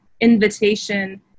invitation